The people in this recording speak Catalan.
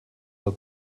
del